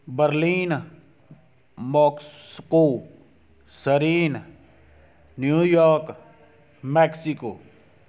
Berlin Moscow sharon New York Mexico